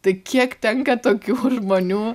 tai kiek tenka tokių žmonių